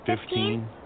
Fifteen